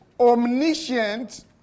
Omniscient